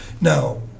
Now